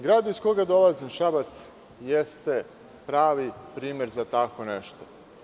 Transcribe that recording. Grad iz kog dolazim, Šabac, jeste pravi primer za tako nešto.